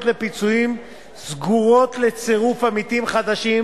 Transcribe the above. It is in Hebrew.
לפיצויים סגורות לצירוף עמיתים חדשים,